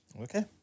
okay